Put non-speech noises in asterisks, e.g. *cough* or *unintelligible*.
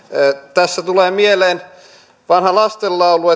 tässä tulee mieleen vanha lastenlaulu *unintelligible*